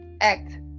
act